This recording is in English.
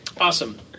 Awesome